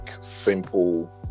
simple